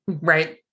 Right